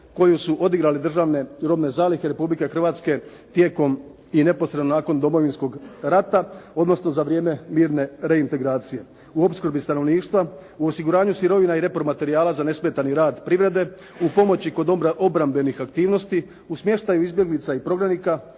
koju su odigrale Državne robne zalihe Republike Hrvatske tijekom i neposredno nakon Domovinskog rata odnosno za vrijeme mirne reintegracije u opskrbi stanovništva, u osiguranju sirovina i … /Govornik se ne razumije4./ … materijala za nesmetani rad privrede, u pomoći kod obrambenih aktivnosti, u smještaju izbjeglica i prognaniku,